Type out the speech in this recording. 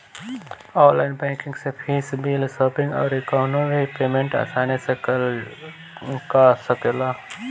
online banking से fees, bill, shopping अउरी कवनो भी पेमेंट आसानी से कअ सकेला